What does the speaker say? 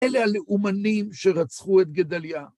אלה הלאומנים שרצחו את גדליה.